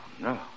No